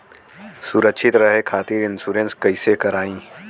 सुरक्षित रहे खातीर इन्शुरन्स कईसे करायी?